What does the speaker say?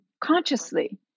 consciously